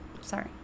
Sorry